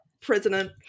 president